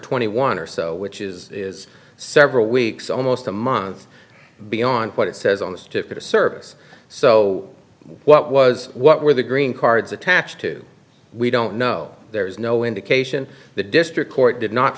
twenty one or so which is is several weeks almost a month beyond what it says on this tip at a service so what was what were the green cards attached to we don't know there is no indication the district court did not